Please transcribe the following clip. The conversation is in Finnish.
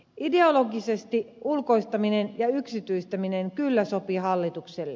ideologisesti ulkoistaminen ja yksityistäminen kyllä sopii hallitukselle